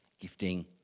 gifting